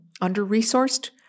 Under-resourced